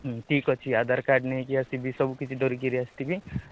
ହୁଁ ଠିକ୍ ଅଛି ଆଧାର କାର୍ଡ୍ ନେଇକି ଆସିବି ସବୁ କିଛି ଧରି କିରି ଆସି ଥିବି